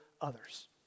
others